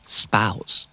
spouse